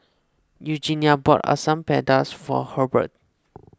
Eugenia bought Asam Pedas for Hurbert